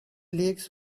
leagues